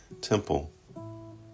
temple